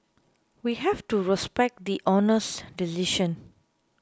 we have to respect the Honour's decision